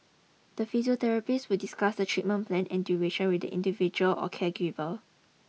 the physiotherapist would discuss the treatment plan and duration with the individual or caregiver